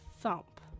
thump